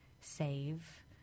save